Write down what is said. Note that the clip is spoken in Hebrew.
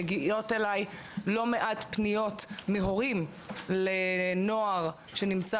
מגיעות אלי לא מעט פניות מהורים לנוער שנמצא